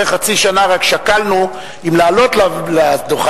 אחרי חצי שנה שקלנו אם לעלות לדוכן,